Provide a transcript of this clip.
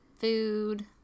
food